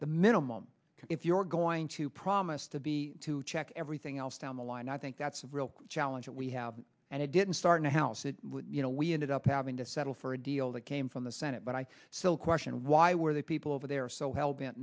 the minimum if you're going to promise to be to check everything else down the line i think that's a real challenge that we have and it didn't start in a house that you know we ended up having to settle for a deal that came from the senate but i still question why were they people over there so hell bent